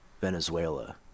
Venezuela